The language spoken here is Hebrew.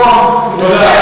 תודה,